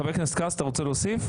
חבר הכנסת כץ, אתה רוצה להוסיף?